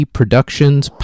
Productions